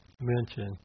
mention